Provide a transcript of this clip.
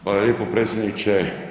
Hvala lijepo predsjedniče.